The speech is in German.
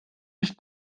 nicht